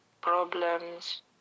problems